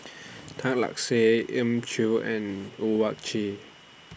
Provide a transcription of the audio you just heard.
Tan Lark Sye Elim Chew and Owyang Chi